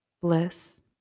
bliss